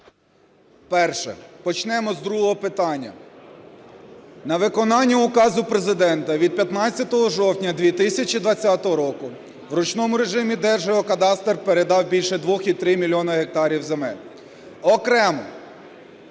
Перше. Почнемо з другого питання. На виконання Указу Президента від 15 жовтня 2020 року в ручному режимі Держгеокадастр передав більше 2,3 мільйона гектарів земель. Окремо